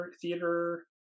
theater